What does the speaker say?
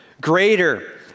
Greater